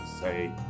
say